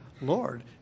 Lord